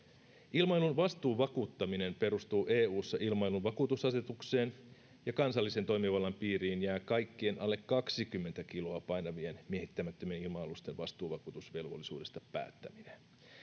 ilmailun vastuuvakuuttaminen perustuu eussa ilmailun vakuutusasetukseen ja kansallisen toimivallan piiriin jää kaikkien alle kaksikymmentä kiloa painavien miehittämättömien ilma alusten vastuuvakuutusvelvollisuudesta päättäminen